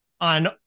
on